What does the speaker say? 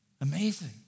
Amazing